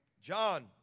John